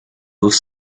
dos